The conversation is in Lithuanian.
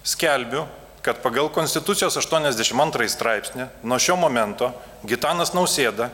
skelbiu kad pagal konstitucijos aštuoniasdešim antrąjį straipsnį nuo šio momento gitanas nausėda